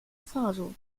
faso